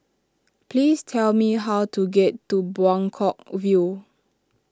please tell me how to get to Buangkok View